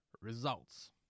results